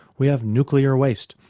we have nuclear waste,